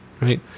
Right